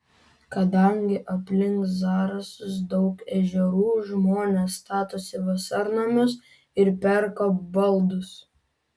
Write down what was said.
kadangi aplink zarasus daug ežerų žmonės statosi vasarnamius ir perka baldus